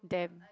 damn